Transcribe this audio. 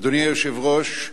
אדוני היושב-ראש,